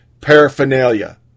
paraphernalia